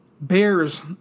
Bears